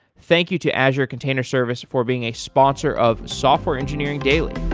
thank you to azure container service for being a sponsor of software engineering daily